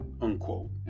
unquote